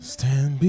Stand